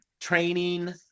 training